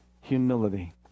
humility